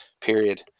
Period